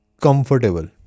comfortable